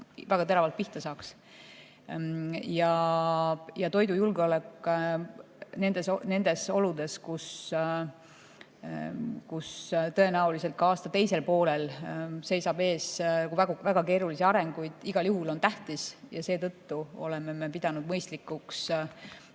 väga teravalt pihta saab. Ja toidujulgeolek nendes oludes, kus tõenäoliselt ka aasta teisel poolel seisab ees väga keerulisi arenguid, igal juhul on tähtis. Seetõttu oleme pidanud mõistlikuks